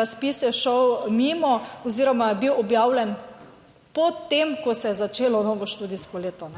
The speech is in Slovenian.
razpis je šel mimo oziroma je bil objavljen po tem, ko se je začelo novo študijsko leto.